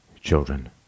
children